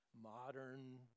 modern